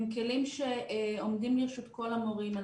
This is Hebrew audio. הם כלים שעומדים לרשות כל המורים.